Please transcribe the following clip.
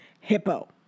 hippo